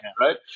right